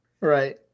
Right